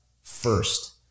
first